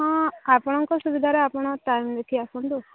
ହଁ ଆପଣଙ୍କ ସୁବିଧାରେ ଆପଣ ଟାଇମ୍ ଦେଖି ଆସନ୍ତୁ